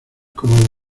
como